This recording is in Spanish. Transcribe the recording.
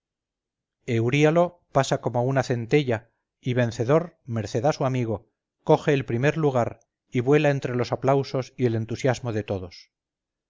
arena euríalo pasa como una centella y vencedor merced a su amigo coge el primer lugar y vuela entre los aplausos y el entusiasmo de todos